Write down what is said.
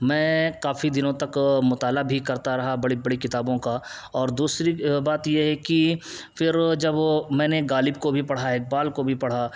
میں کافی دنوں تک مطالعہ بھی کرتا رہا بڑی بڑی کتابوں کا اور دوسری بات یہ ہے کہ پھر جب میں نے غالب کو بھی پڑھا اقبال کو بھی پڑھا